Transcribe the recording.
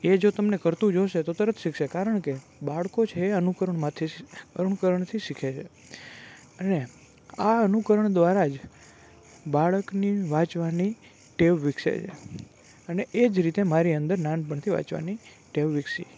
એ જો તમને કરતું જોશે તો તરત શીખશે કારણ કે બાળકો છે એ અનુકરણ માંથી અનુકરણથી શીખે છે અને આ અનુકરણ દ્વારા જ બાળકની વાંચવાની ટેવ વિકસે છે અને એ જ રીતે મારી અંદર નાનપણથી વાંચવાની ટેવ વિકસી